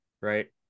right